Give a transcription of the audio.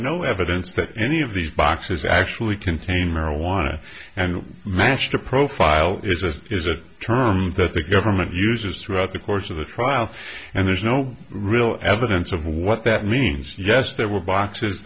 no evidence that any of these boxes actually contain marijuana and matched a profile is a is a term that the government uses throughout the course of the trial and there's no real evidence of what that means yes there were boxes